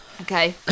Okay